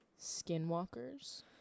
Skinwalkers